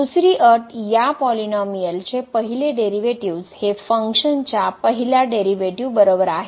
दुसरी अट या पॉलिनोमिअलचे पहिले डेरिव्हेटिव्ह्ज हे फंक्शनच्या पहिल्या डेरिव्हेटिव्ह् बरोबर आहे